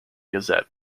gazette